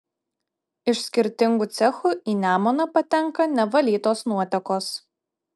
iš skirtingų cechų į nemuną patenka nevalytos nuotekos